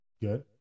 Good